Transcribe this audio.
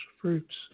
fruits